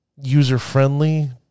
user-friendly